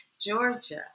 Georgia